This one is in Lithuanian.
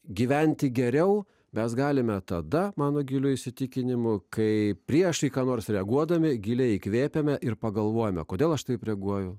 gyventi geriau mes galime tada mano giliu įsitikinimu kai prieš ką nors reaguodami giliai įkvėpėme ir pagalvojome kodėl aš taip reaguoju